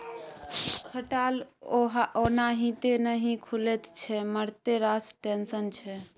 खटाल ओनाहिते नहि खुलैत छै मारिते रास टेंशन छै